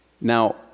Now